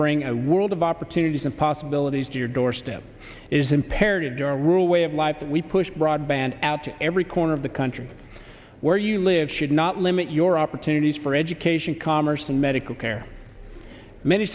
bring a world of opportunities and possibilities to your doorstep is imperative to our rural way of life that we push broadband out to every corner of the country where you live should not limit your opportunities for education commerce and medical care many